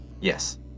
Yes